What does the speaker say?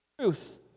truth